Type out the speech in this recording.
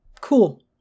cool